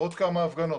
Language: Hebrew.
עוד כמה הפגנות,